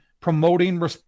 promoting